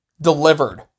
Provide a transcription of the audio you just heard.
delivered